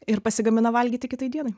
ir pasigamina valgyti kitai dienai